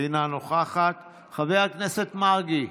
אינה נוכחת, חבר הכנסת מרגי,